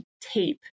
tape